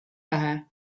vähe